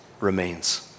remains